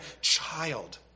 child